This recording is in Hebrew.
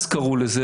אז קראו לזה,